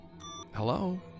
Hello